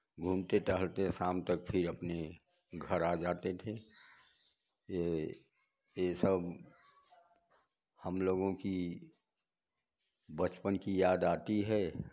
घूमते टहलते शाम तक फिर अपने घर आ जाते थे ये ये सब हम लोगों की बचपन की याद आती है